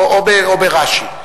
או ברש"י.